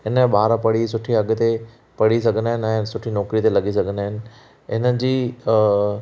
हिन में ॿार पढ़ी सुठी अॻते पढ़ी सघंदा आहिनि ऐं सुठी नौकरीअ ते लॻी सघंदा हिननि जी